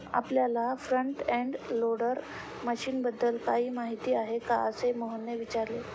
आपल्याला front end loader मशीनबद्दल काही माहिती आहे का, असे मोहनने विचारले?